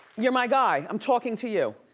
you're my guy. i'm talking to you.